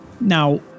Now